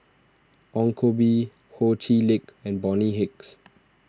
Ong Koh Bee Ho Chee Lick and Bonny Hicks